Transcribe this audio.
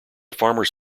farmers